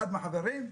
אחד מהחברים,